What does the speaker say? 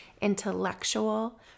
intellectual